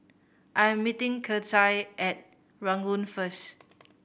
I'm meeting Kecia at Ranggung first